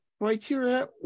criteria